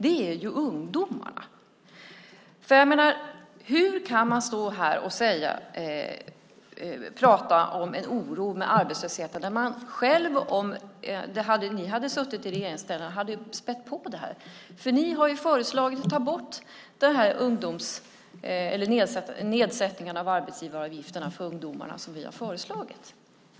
Hur kan ni socialdemokrater stå här och prata om att ni är oroliga över arbetslösheten när ni själva, om ni hade varit i regeringsställning, hade spätt på detta? Ni har föreslagit att man ska ta bort vår nedsättning av arbetsgivaravgifterna för ungdomarna.